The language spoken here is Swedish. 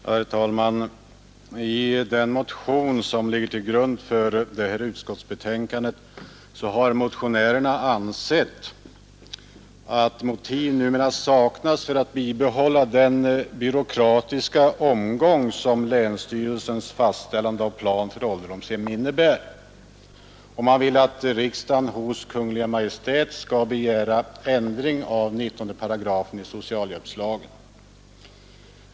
Herr talman! I den motion som ligger till grund för detta utskottsbetänkande har motionärerna ansett att motiv numera saknas för att bibehålla den byråkratiska omgång som länsstyrelsens fastställande av plan för ålderdomshem innebär. De vill att riksdagen hos Kungl. Maj:t skall begära ändring av 19 § i socialhjälpslagen.